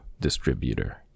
Distributor